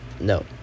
No